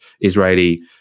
Israeli